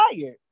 tired